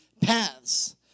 paths